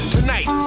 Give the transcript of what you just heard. Tonight